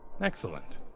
Excellent